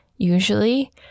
usually